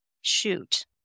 shoot